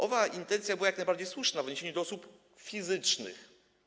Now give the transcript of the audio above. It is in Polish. Owa intencja była jak najbardziej słuszna w odniesieniu do osób fizycznych.